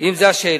אם זה השאלה.